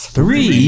Three